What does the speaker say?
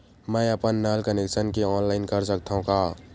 मैं अपन नल कनेक्शन के ऑनलाइन कर सकथव का?